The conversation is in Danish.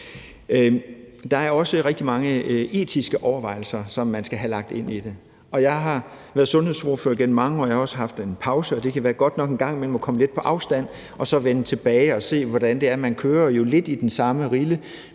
der er også rigtig mange etiske overvejelser, som man skal have med i det. Jeg har været sundhedsordfører gennem mange år, og jeg har også haft en pause, og det kan være godt nok en gang imellem at komme lidt på afstand af det og så vende tilbage og se, hvordan man jo lidt kører i den samme rille.